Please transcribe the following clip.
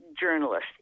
journalist